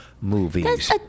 movies